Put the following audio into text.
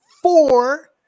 four